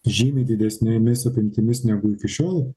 žymiai didesnėmis apimtimis negu iki šiol